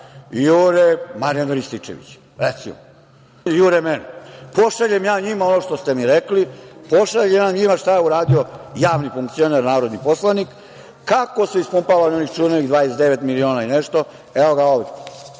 Jure Marijana Rističevića, recimo. Jure mene. Pošaljem ja njima, ono što ste mi rekli, pošaljem ja njima šta je uradio javni funkcioner, narodni poslanik, kako su ispumpavani onih 29 miliona i nešto, evo ga ovde.